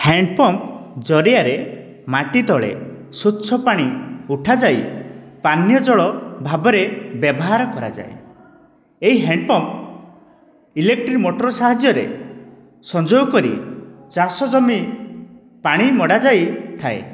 hand pump ଜରିଆରେ ମାଟି ତଳେ ସ୍ୱଚ୍ଛପାଣି ଉଠାଯାଇ ପାନୀୟ ଜଳ ଭାବରେ ବ୍ୟବହାର କରାଯାଏ ଏହି ହ୍ୟାଣ୍ଡପମ୍ପ ଇଲେକ୍ଟ୍ରି ମୋଟର୍ ସାହାଯ୍ୟରେ ସଂଯୋଗ କରି ଚାଷ ଜମି ପାଣି ମଡ଼ା ଯାଇଥାଏ